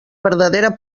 verdadera